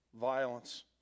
violence